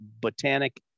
Botanic